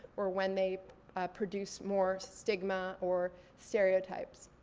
or when they produce more stigma or stereotypes.